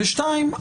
ודבר שני,